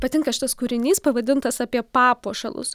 patinka šitas kūrinys pavadintas apie papuošalus